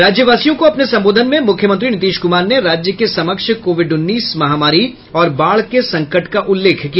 राज्यवासियों को अपने संबोधन में मुख्यमंत्री नीतीश कुमार ने राज्य के समक्ष कोविड उन्नीस महामारी और बाढ़ के संकट का उल्लेख किया